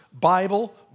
Bible